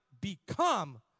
become